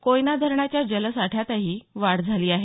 कोयना धरणाच्या जलसाठ्यातही चांगली वाढ झाली आहे